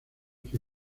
que